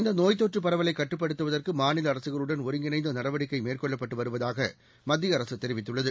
இந்தநோய் தொற்றுபரவலைகட்டுப்படுத்துவதற்குமாநிலஅரசுகளுடன் ஒருங்கிணைந்து டவடிக்கைமேற்கொள்ளப்பட்டுவருவதாகமத்திய அரசுதெரிவித்துள்ளது